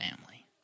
family